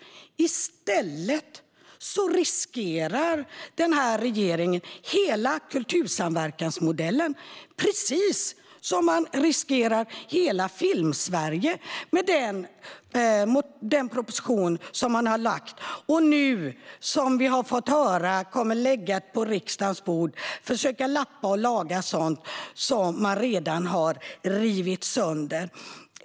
I stället riskerar regeringen hela kultursamverkansmodellen, precis som man riskerar hela Filmsverige, med den proposition som man har lagt fram. Med det som vi nu har fått höra att man kommer att lägga på riksdagens bord försöker man att lappa och laga sådant som man redan har rivit sönder.